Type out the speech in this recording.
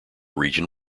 region